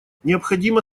необходимо